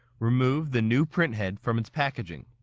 remove the new print head from its packaging.